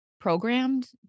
programmed